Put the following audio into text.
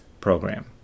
Program